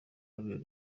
habera